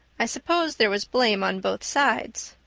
i suppose there was blame on both sides.